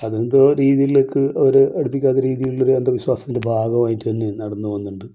അതിൻ്റെ രീതിയിലേക്ക് അവർ അടുപ്പിക്കാത്ത രീതിയിലുള്ളൊരു അന്ധവിശ്വാസത്തിൻ്റെ ഭാഗമായിട്ട് തന്നെ നടന്നു പോകുന്നുണ്ട്